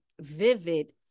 vivid